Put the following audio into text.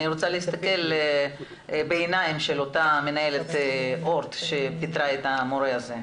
אני רוצה להסתכל בעיניים של אותה מנהלת אורט שפיטרה את המורה הזה.